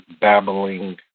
Babbling